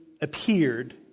appeared